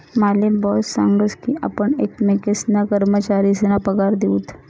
माले बॉस सांगस की आपण एकमेकेसना कर्मचारीसना पगार दिऊत